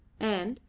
and,